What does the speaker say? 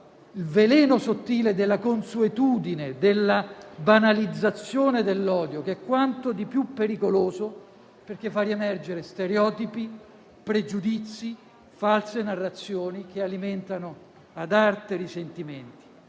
il veleno sottile della consuetudine e della banalizzazione dell'odio, che è quanto di più pericoloso perché fa riemergere stereotipi, pregiudizi e false narrazioni che alimentano ad arte risentimenti.